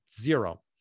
Zero